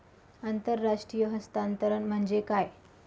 आंतरराष्ट्रीय हस्तांतरण म्हणजे काय?